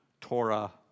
Torah